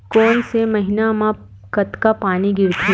कोन से महीना म कतका पानी गिरथे?